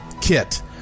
kit